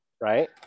right